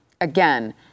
again